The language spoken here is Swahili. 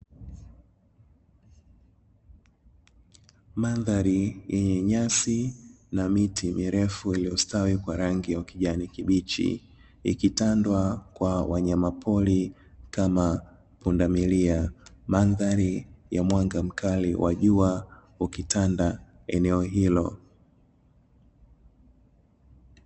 Mandhari yenye nyasi na miti mirefu iliyostawi kwa rangi ya ukijani kibichi ikitandwa kwa wanyamapori kama pundamilia. Mandhari ya mwanga mkali wa jua ukitanda eneo hilo.